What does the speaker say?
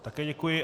Také děkuji.